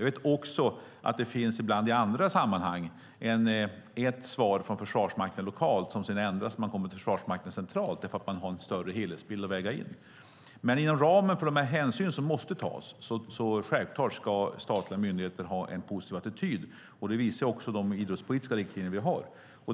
Jag vet också att det i andra sammanhang finns ett svar från Försvarsmakten lokalt som sedan ändras när man kommer till Försvarsmakten centralt därför att det finns en större helhetsbild att väga in. Inom ramen för de hänsyn som måste tas ska statliga myndigheter självklart ha en positiv attityd. Det visar också de idrottspolitiska riktlinjer vi har.